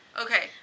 okay